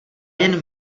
jen